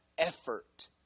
effort